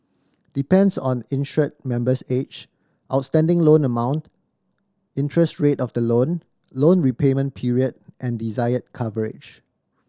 depends on insured member's age outstanding loan amount interest rate of the loan loan repayment period and desired coverage